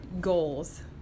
goals